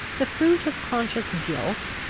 the fruit of conscious guilt,